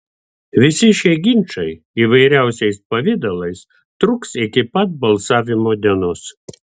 visi šie ginčai įvairiausiais pavidalais truks iki pat balsavimo dienos